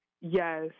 Yes